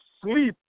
Sleep